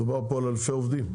מדובר פה על אלפי עובדים,